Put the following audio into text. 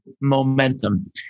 momentum